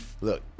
Look